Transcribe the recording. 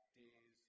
days